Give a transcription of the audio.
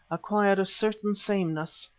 acquired a certain sameness.